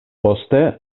poste